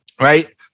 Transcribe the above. right